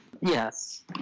Yes